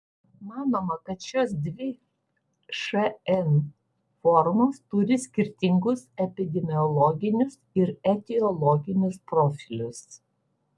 manoma kad šios dvi šn formos turi skirtingus epidemiologinius ir etiologinius profilius